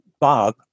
Bob